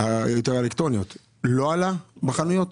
לא עלה בחנויות?